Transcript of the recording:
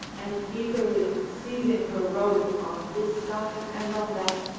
and eagerly seizing her robe on this side and on that,